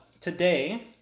Today